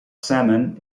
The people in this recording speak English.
salmon